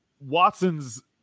Watson's